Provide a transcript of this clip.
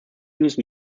use